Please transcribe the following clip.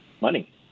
money